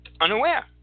unaware